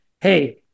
hey